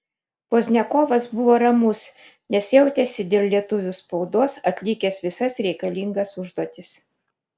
pozdniakovas buvo ramus nes jautėsi dėl lietuvių spaudos atlikęs visas reikalingas užduotis